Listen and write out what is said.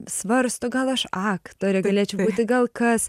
svarsto gal aš aktore galėčiau gal kas